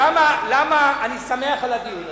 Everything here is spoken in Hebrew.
למה אני שמח על הדיון הזה?